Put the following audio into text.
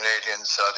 Canadians